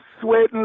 sweating